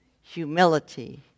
humility